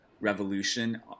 Revolution